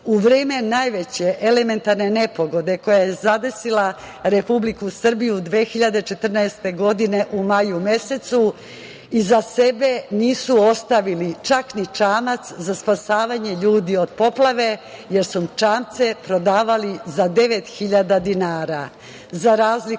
U vreme najveće elementarne nepogode koja je zadesila Republiku Srbiju 2014. godine u maju mesecu, iza sebe nisu ostavili čak ni čamac za spasavanje ljudi od poplave, jer su čamce prodavali za devet hiljada